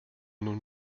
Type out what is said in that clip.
nun